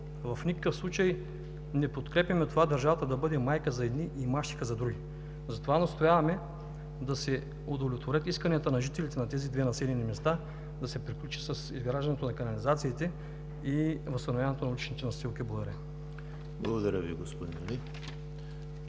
в никакъв случай не подкрепяме това държавата да бъде майка за едни, мащеха – за други, затова настояваме да се удовлетворят исканията на жителите на тези две населени места, да се приключи с изграждането на канализациите и възстановяването на уличните настилки. (Ораторът предава